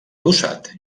adossat